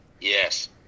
Yes